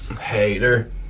hater